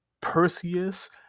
Perseus